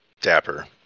Dapper